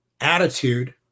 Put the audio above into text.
attitude